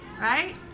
Right